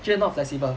就是 not flexible